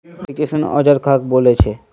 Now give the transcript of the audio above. Electrician औजार कहाक बोले छे?